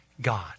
God